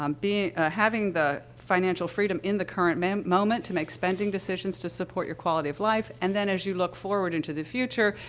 um, having the financial freedom in the current moment moment to make spending decisions to support your quality of life, and then as you look forward into the future,